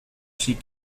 she